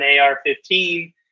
AR-15